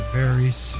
varies